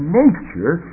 nature